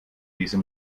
diese